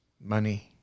money